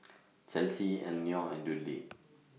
Chelsie Elenore and Dudley